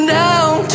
down